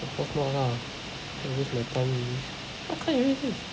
of course not lah waste my time only why can't I erase here